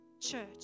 church